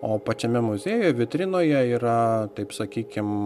o pačiame muziejuje vitrinoje yra taip sakykim